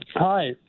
Hi